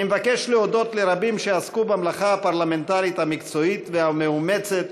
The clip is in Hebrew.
אני מבקש להודות לרבים שעסקו במלאכה הפרלמנטרית המקצועית והמאומצת,